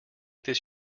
this